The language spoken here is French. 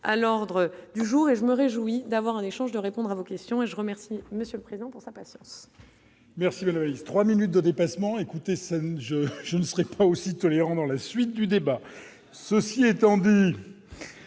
à l'ordre du jour, et je me réjouis d'avoir un échange de répondre à vos questions et je remercie Monsieur le Président pour sa patience.